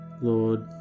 Lord